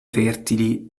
fertili